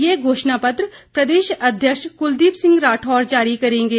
ये घोषणापत्र प्रदेश अध्यक्ष क्लदीप सिंह राठौर जारी करेंगे